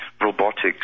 Robotics